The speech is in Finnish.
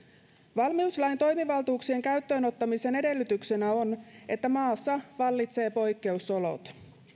valmiuslain toimivaltuuksien käyttöönottamisen edellytyksenä on että maassa vallitsevat poikkeusolot